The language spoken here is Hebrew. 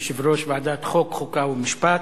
יושב-ראש ועדת חוק, חוקה ומשפט.